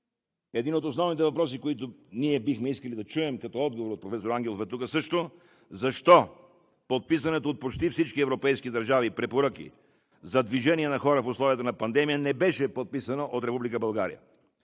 Един от основните въпроси, на който бихме искали да чуем отговор от професор Ангелов, е защо подписаните от почти всички европейски държави препоръки за движение на хора в условията на пандемия не бяха подписани от Република